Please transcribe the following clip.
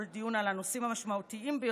כלום לא מספיק להם,